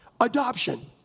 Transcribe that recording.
adoption